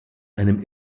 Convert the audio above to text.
einem